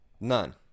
None